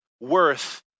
worth